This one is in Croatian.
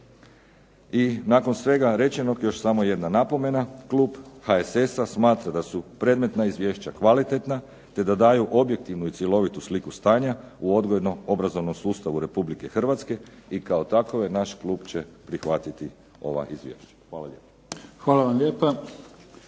I nakon svega rečenog još samo jedna napomena. Klub HSS-a smatra da su predmetna izvješća kvalitetna, te da daju objektivnu i cjelovitu sliku stanja u odgojno-obrazovnom sustavu Republike Hrvatske i kao takove naš klub će prihvatiti ova izvješća. Hvala lijepa.